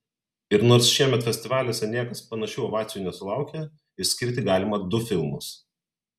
ir nors šiemet festivaliuose niekas panašių ovacijų nesulaukė išskirti galima du filmus